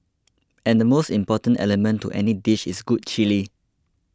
and the most important element to any dish is good chilli